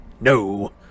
No